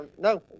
No